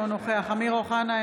אינו נוכח אמיר אוחנה,